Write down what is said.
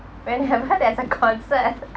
whenever there's a concert